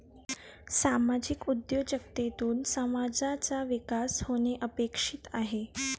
सामाजिक उद्योजकतेतून समाजाचा विकास होणे अपेक्षित आहे